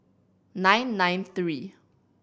nine nine three